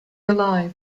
alive